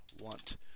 want